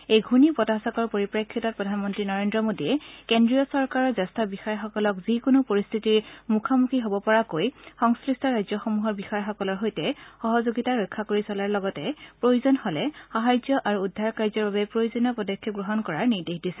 এই ঘূৰ্ণি বতাহজাকৰ পৰিপ্ৰেক্ষিতত প্ৰধানমন্ত্ৰী নৰেদ্ৰ মোদীয়ে কেন্দ্ৰীয় চৰকাৰৰ জ্যেষ্ঠ বিষয়াসকলক যিকোনো পৰিস্থিতিৰ মুখামুখি হ'ব পৰাকৈ সংশ্লিষ্ট ৰাজ্যসমূহক বিষয়াসকলৰ সৈতে সহযোগিতা ৰক্ষা কৰি চলাৰ লগতে প্ৰয়োজন হ'লে সাহায্য আৰু উদ্ধাৰ কাৰ্যৰ বাবে প্ৰয়োজনীয় পদক্ষেপ গ্ৰহণ কৰাৰ নিৰ্দেশ দিছে